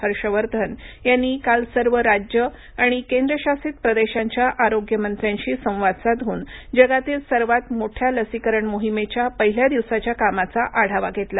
हर्षवर्धन यांनी काल सर्व राज्य आणि केंद्रशासित प्रदेशांच्या आरोग्य मंत्र्यांशी संवाद साधून जगातील सर्वात मोठ्या लसीकरण मोहिमेच्या पहिल्या दिवसाच्या कामाचा आढावा घेतला